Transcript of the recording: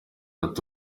ati